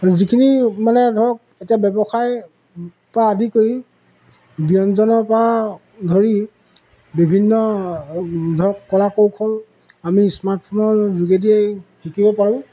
যিখিনি মানে ধৰক এতিয়া ব্যৱসায় পৰা আদি কৰি ব্যঞ্জনৰ পৰা ধৰি বিভিন্ন ধৰক কলা কৌশল আমি স্মাৰ্টফোনৰ যোগেদিয়েই শিকিব পাৰোঁ